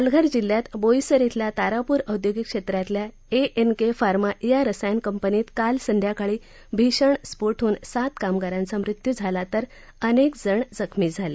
पालघर जिल्ह्यात बोईसर इथल्या तारापूर औद्योगिक क्षेत्रातल्या ए एन के फार्मा या रसायन कंपनीत काल संध्याकाळी भीषण स्फोट होऊन सात कामगारांचा मृत्यू झाला तर अनेक जण जखमी झाले